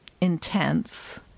intense